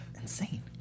insane